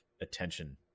attention